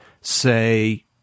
say